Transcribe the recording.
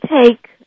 take